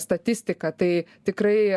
statistiką tai tikrai